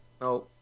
No